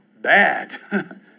bad